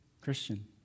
Christian